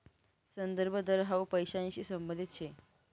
संदर्भ दर हाउ पैसांशी संबंधित शे